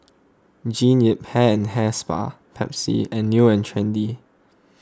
Jean Yip Hair and Hair Spa Pepsi and New and Trendy